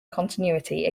continuity